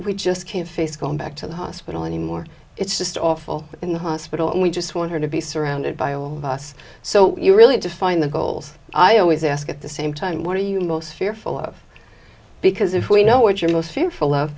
we just can't face going back to the hospital anymore it's just awful in the hospital and we just want her to be surrounded by all of us so you really define the goals i always ask at the same time what are you most fearful of because if we know what you're most fearful of